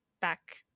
Back